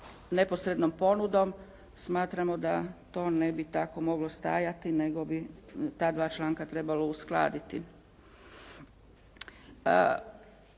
neposrednom ponudom. Smatramo da to ne bi tako moglo stajati, nego bi ta dva članka trebalo uskladiti.